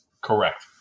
correct